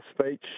speech